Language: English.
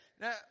Now